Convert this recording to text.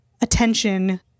attention